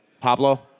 Pablo